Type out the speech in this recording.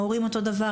ההורים אותו דבר,